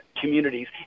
communities